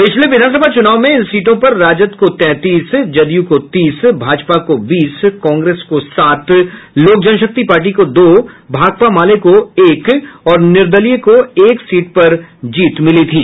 पिछले विधानसभा चुनाव में इन सीटों पर राजद को तैंतीस जदयू को तीस भाजपा को बीस कांग्रेस को सात लोक जनशक्ति पार्टी को दो भाकपा माले को एक और निर्दलीय को एक सीट पर जीत मिली थी